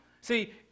see